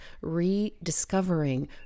rediscovering